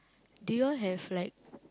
did you all have like